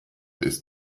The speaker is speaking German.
ist